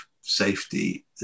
safety